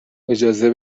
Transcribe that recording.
اجازه